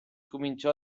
cominciò